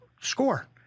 score